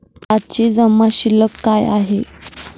आजची जमा शिल्लक काय आहे?